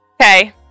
Okay